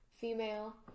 female